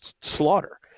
slaughter